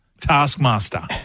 taskmaster